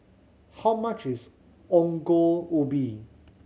how much is Ongol Ubi